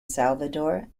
salvador